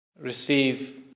receive